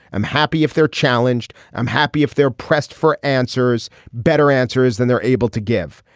i'm happy if they're challenged. i'm happy if they're pressed for answers. better answers than they're able to give.